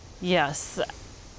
yes